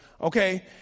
okay